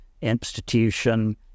institution